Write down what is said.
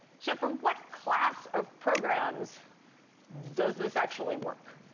so for what class of programs does this actually work?